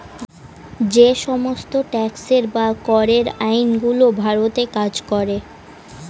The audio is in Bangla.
যে সমস্ত ট্যাক্সের বা করের আইন গুলো ভারতে কাজ করে